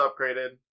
upgraded